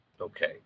Okay